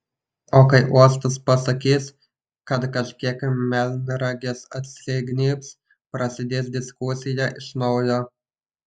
o kai uostas pasakys kad kažkiek melnragės atsignybs prasidės diskusija iš naujo